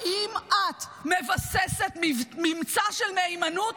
האם את מבססת ממצא של מהימנות